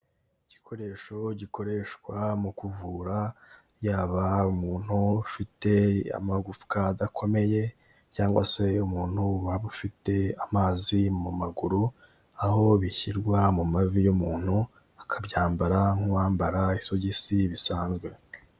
Igikoresho gikoreshwa mu kuvura, yaba umuntu ufite amagufwa adakomeye cyangwa se umuntu waba ufite amazi mu maguru, aho bishyirwa mu mavi y'umuntu akabyambara nk'uwambara isogisi bisanzwe.